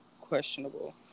questionable